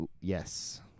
Yes